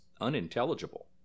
unintelligible